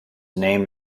named